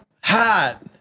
hat